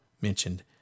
mentioned